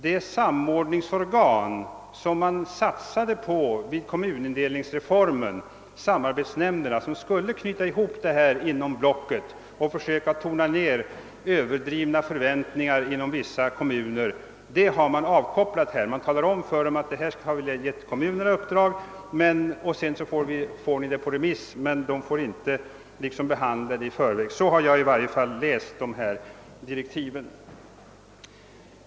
De samordningssorgan som man satsade på vid kommunindelningsreformen, samarbetsnämnderna, som skulle knyta ihop blocken och försöka tona ner överdrivna förväntningar inom vissa kommuner, har man kopplat bort. Samarbetsnämnderna skall få ärendena på remiss men får inte behandla dem i förväg — så har i varje fall jag läst direktiven.